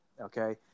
okay